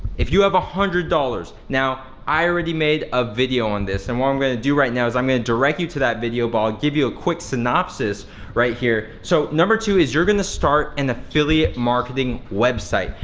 if you have one hundred dollars. now i already made a video on this and what i'm gonna do right now is i'm gonna direct you to that video, but i'll give you a quick synopsis right here. so number two is you're gonna start an affiliate marketing website,